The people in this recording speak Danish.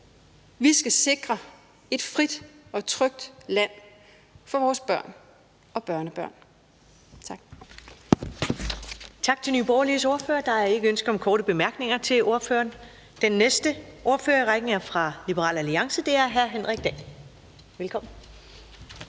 Vi skal sikre et frit og trygt land for vores børn og børnebørn. Tak.